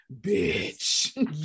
bitch